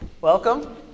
Welcome